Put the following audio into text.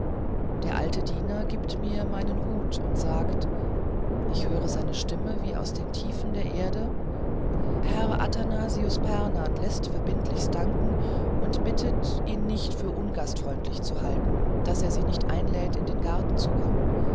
der alte diener gibt mir meinen hut und sagt ich höre seine stimme wie aus den tiefen der erde herr athanasius pernath läßt verbindlichst danken und bittet ihn nicht für ungastfreundlich zu halten daß er sie nicht einlädt in den garten zu kommen